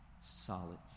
solid